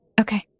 Okay